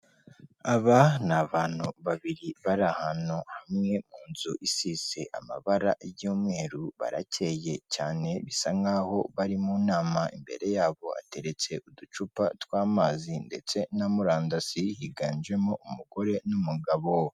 Aba ni abantu babiri bari ahantu hamwe ku nzu isize amabara y'umweru barakeye cyane bisa nk'aho bari mu nama, imbere yabo hateretse uducupa tw'amazi ndetse na murandasi, higanjemo umugore n'umugabo.